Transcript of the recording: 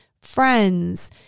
friends